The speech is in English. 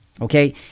Okay